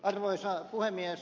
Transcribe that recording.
arvoisa puhemies